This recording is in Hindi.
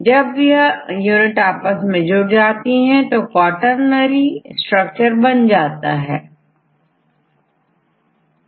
तो अगली क्लास में हम प्राथमिक स्ट्रक्चर द्वितीयक स्ट्रक्चर तृतीयक स्ट्रक्चर और चतुर्थकquaternary संरचना के बारे में विस्तार से देखेंगे